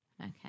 okay